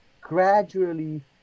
gradually